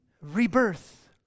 Rebirth